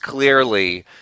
Clearly